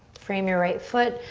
frame your right foot.